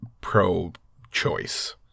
pro-choice